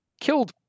killed